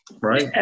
Right